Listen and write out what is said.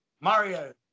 Mario